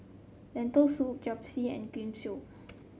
Lentil Soup Japchae and Gyoza